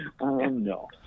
No